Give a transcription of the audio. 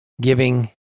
giving